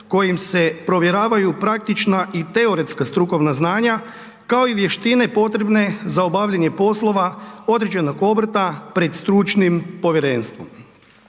kojim se provjeravaju praktična i teoretska strukovna znanja kao i vještine potrebne za obavljanje poslova određenog obrta pred stručnim povjerenstvom.